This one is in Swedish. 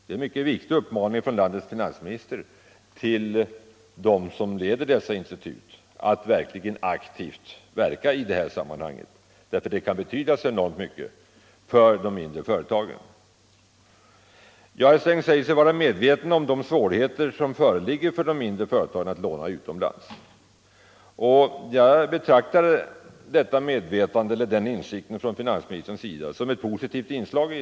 Det är en mycket viktig uppmaning från landets finansminister till dem som leder instituten att verkligen aktivt verka i det här sammanhanget, eftersom det kan betyda så enormt mycket för de mindre företagen. Herr Sträng säger sig vara medveten om de svårigheter som föreligger för de mindre företagen när det gäller att låna utomlands. Jag betraktar den insikten hos finansministern som ett positivt inslag.